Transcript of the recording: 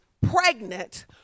pregnant